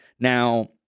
Now